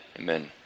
Amen